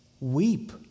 Weep